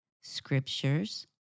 scriptures